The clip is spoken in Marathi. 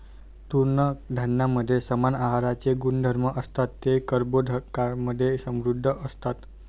तृणधान्यांमध्ये समान आहाराचे गुणधर्म असतात, ते कर्बोदकांमधे समृद्ध असतात